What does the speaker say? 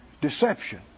deception